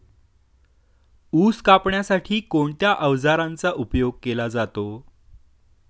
ऊस कापण्यासाठी कोणत्या अवजारांचा उपयोग केला जातो?